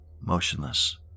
motionless